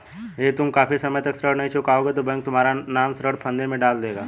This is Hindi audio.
यदि तुम काफी समय तक ऋण नहीं चुकाओगे तो बैंक तुम्हारा नाम ऋण फंदे में डाल देगा